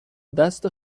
دست